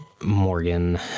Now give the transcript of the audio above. Morgan